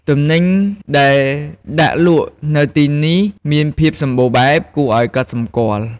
ទំនិញដែលដាក់លក់នៅទីនេះមានភាពសម្បូរបែបគួរឱ្យកត់សម្គាល់។